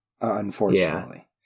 unfortunately